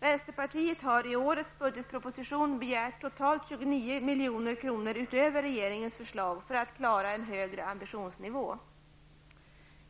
Vänsterpartiet har i årets budgetproposition begärt totalt 29 milj.kr. utöver regeringens förslag för att klara en högre ambitionsnivå.